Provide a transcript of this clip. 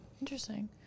Interesting